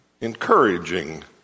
encouraging